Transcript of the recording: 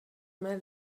may